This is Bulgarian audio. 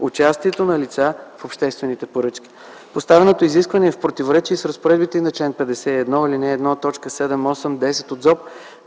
участието на лица в обществените поръчки. Поставеното изискване е в противоречие и с разпоредбите на чл. 51, ал. 1, т. 7, 8 и 10 от ЗОП,